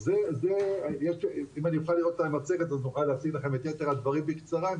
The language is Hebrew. תגיד את הדברים המאוד חשובים בקצרה.